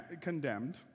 condemned